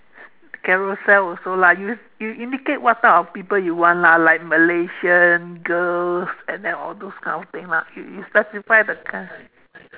Carousell also lah you you indicate the people you want lah like Malaysian girls and then all those kind of things lah you specify the kind